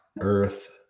earth